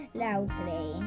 loudly